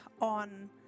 on